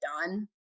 done